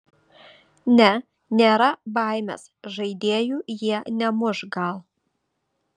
ne nėra baimės žaidėjų jie nemuš gal